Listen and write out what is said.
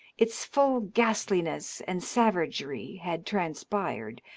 its full ghastliness and savagery had transpired,